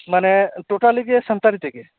ᱢᱟᱱᱮ ᱴᱳᱴᱟᱞ ᱜᱮ ᱥᱟᱱᱛᱟᱲᱤ ᱛᱮᱜᱮ